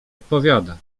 odpowiada